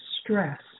stress